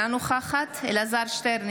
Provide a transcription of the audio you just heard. אינה נוכחת אלעזר שטרן,